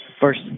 first